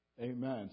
Amen